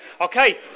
Okay